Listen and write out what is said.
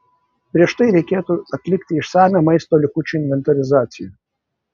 prieš tai reikėtų atlikti išsamią maisto likučių inventorizacija